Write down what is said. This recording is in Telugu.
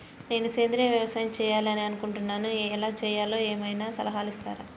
నేను సేంద్రియ వ్యవసాయం చేయాలి అని అనుకుంటున్నాను, ఎలా చేయాలో ఏమయినా సలహాలు ఇస్తారా?